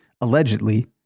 allegedly